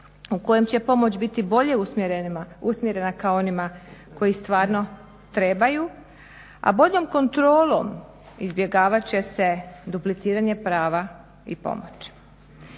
u kojem će pomoć biti bolje usmjerena ka onima koji stvarno trebaju a boljom kontrolom izbjegavat će se dupliciranje prava i pomoć.